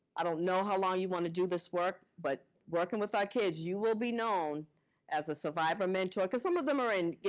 i don't know how long you want to do this work, but working with our kids, you will be known as a survivor mentor, because some of them are and